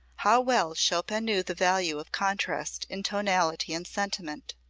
how well chopin knew the value of contrast in tonality and sentiment!